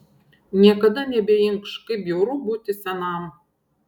niekada nebeinkš kaip bjauru būti senam